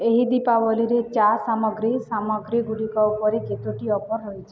ଏହି ଦୀପାବଳିରେ ଚା ସାମଗ୍ରୀ ସାମଗ୍ରୀଗୁଡ଼ିକ ଉପରେ କେତୋଟି ଅଫର୍ ରହିଛି